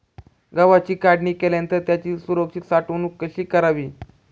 गव्हाची काढणी केल्यानंतर त्याची सुरक्षित साठवणूक कशी करावी?